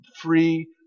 free